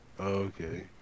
Okay